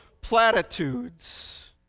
platitudes